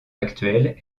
actuelle